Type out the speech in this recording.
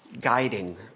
guiding